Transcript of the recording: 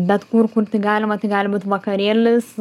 bet kur kur tik galima tai gali būt vakarėlis